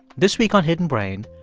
this week on hidden brain,